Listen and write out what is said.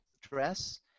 dress